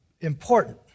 important